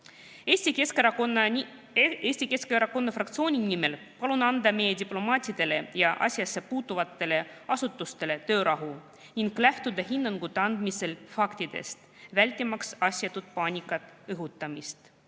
Eesti Keskerakonna fraktsiooni nimel palun anda meie diplomaatidele ja asjassepuutuvatele asutustele töörahu ning lähtuda hinnangute andmisel faktidest, vältimaks asjatult paanika õhutamist.